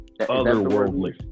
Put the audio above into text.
Otherworldly